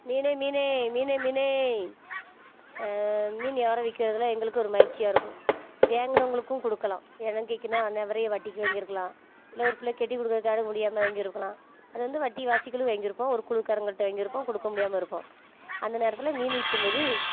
மீனு மீனேய் மீனு மீனேய் மீன் வியாபாரம் விற்கிறதுலாம் எங்களுக்கு ஒரு மகிழ்ச்சியாருக்கும் வாங்குனவங்களுக்கும் கொடுக்கலாம் இலங்கைக்குனா அன்றைய வரையும் வட்டிக்கு வாங்கிருக்கலாம் இல்லை ஒரு பிள்ள கட்டி கொடுகுறக்கான முடியாமல் வாங்கிருக்கலாம் அது வந்து வட்டி வாசிகளும் வாங்கிருப்போம் ஒரு குழு காரங்கள்கே ட்ட வாங்கிருப்போம் கொடுக்க முடியாமல் இருப்போம் அந்த நேரத்தில் மீன் விற்கும் போது